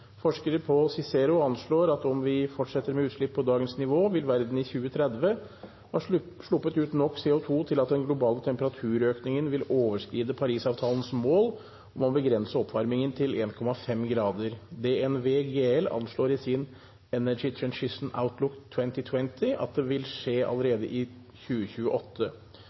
Forskere på CICERO Senter for klimaforskning her i Norge anslår at om vi fortsetter utslippene av klimagasser på dagens nivå, vil verden i 2030 ha sluppet ut nok CO 2 til at den globale temperaturøkningen vil overskride Parisavtalens mål om å begrense oppvarmingen til 1,5 grader. Og DNV GL anslår i sin rapport Energy Transition Outlook 2020 at vi vil ha brukt opp CO 2 -budsjettet allerede i 2028.